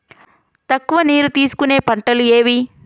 తక్కువ నీరు తీసుకునే పంటలు ఏవి?